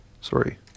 Sorry